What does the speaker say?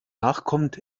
nachkommt